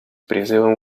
призывом